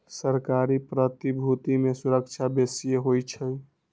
सरकारी प्रतिभूति में सूरक्षा बेशिए होइ छइ